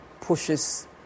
pushes